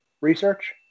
research